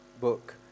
book